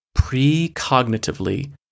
precognitively